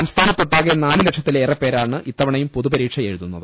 സംസ്ഥാനത്തൊ ട്ടാകെ നാലുലക്ഷത്തിലേറെപ്പേരാണ് ഇത്തവണയും പൊതു പരീക്ഷ എഴുതുന്നത്